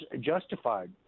justified